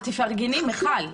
אבל תפרגני, מיכל.